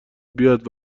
بیاد